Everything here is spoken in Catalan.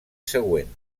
següent